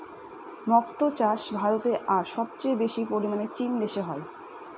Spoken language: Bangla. মক্তো চাষ ভারতে আর সবচেয়ে বেশি পরিমানে চীন দেশে হয়